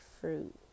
fruit